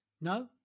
No